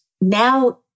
now